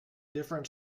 different